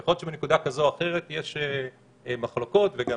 יכול להיות שבנקודה כזו או אחרת יש מחלוקות, וגם